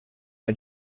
her